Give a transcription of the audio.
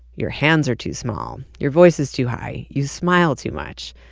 your hands are too small, your voice is too high, you smile too much.